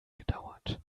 gedauert